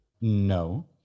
No